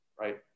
right